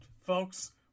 Folks